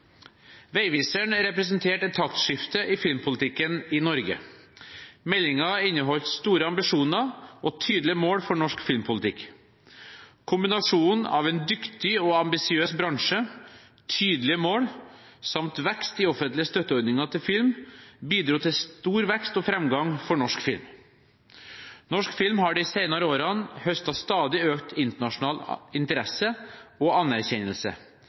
representerte et taktskifte i filmpolitikken i Norge. Meldingen inneholdt store ambisjoner og tydelige mål for norsk filmpolitikk. Kombinasjonen av en dyktig og ambisiøs bransje, tydelige mål samt vekst i offentlige støtteordninger til film bidro til stor vekst og framgang for norsk film. Norsk film har de senere årene høstet stadig økt internasjonal interesse og anerkjennelse,